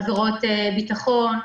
עבירות ביטחון,